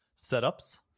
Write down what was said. setups